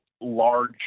large